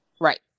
Right